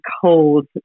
cold